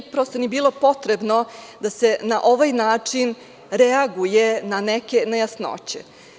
Prosto nije ni bilo potrebno da se na ovaj način reaguje na neke nejasnoće.